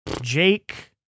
Jake